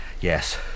yes